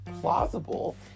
plausible